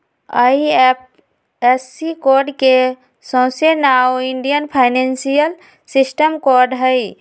IFSC code के सऊसे नाओ इंडियन फाइनेंशियल सिस्टम कोड हई